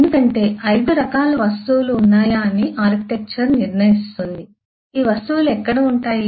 ఎందుకంటే 5 రకాల వస్తువులు ఉన్నాయా అని ఆర్కిటెక్చర్ నిర్ణయిస్తుంది ఈ వస్తువులు ఎక్కడ ఉంటాయి